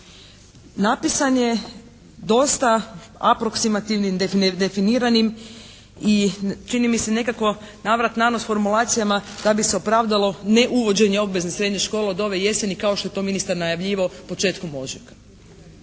Napisan je dosta aproksimativnim, definiranim i čini mi se nekako navrat nanos formulacijama da bi se opravdalo neuvođenje obvezne srednje škole od ove jeseni kao što je to ministar najavljivao početkom ožujka.